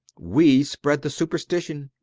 we spread the superstition.